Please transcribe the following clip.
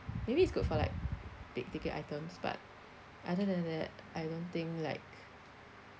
maybe it's good for like big ticket items but other than that I don't think like